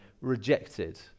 rejected